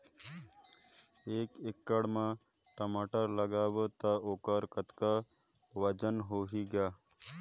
एक एकड़ म टमाटर लगाबो तो ओकर कतका वजन होही ग?